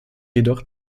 jedoch